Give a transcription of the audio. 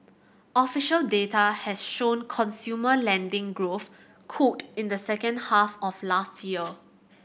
official data has shown consumer lending growth cooled in the second half of last year